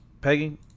Peggy